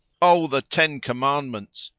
o the ten commandments!